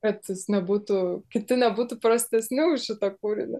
kad jis nebūtų kiti nebūtų prastesni už šitą kūrinį